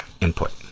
input